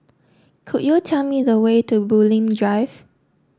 could you tell me the way to Bulim Drive